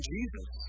Jesus